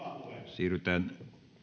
siirrytään